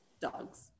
Dogs